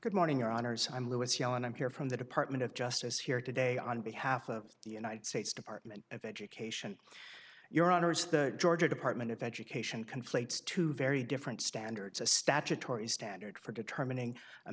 good morning your honour's i'm lewis yeah and i'm here from the department of justice here today on behalf of the united states department of education your honors the georgia department of education conflates two very different standards a statutory standard for determining a